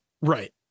right